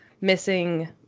missing